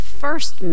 first